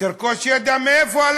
היא תרכוש ידע, מאיפה?